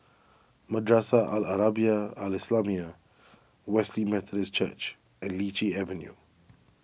Madrasah Al Arabiah Al Islamiah Wesley Methodist Church and Lichi Avenue